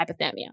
hypothermia